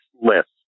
list